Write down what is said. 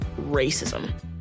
racism